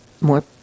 more